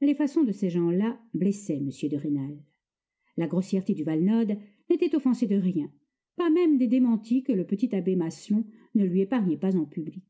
les façons de ces gens-là blessaient m de rênal la grossièreté du valenod n'était offensée de rien pas même des démentis que le petit abbé maslon ne lui épargnait pas en public